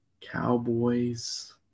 Cowboys